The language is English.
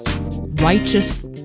righteous